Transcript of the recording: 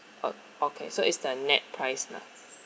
okay so is the nett price lah